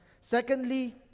Secondly